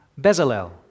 Bezalel